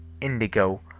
indigo